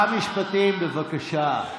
שר המשפטים, בבקשה.